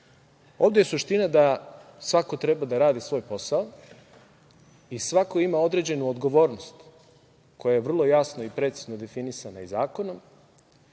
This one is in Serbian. Ovde je suština da svako treba da radi svoj posao i svako ima određenu odgovornost, koja je vrlo jasno i precizno definisana zakonom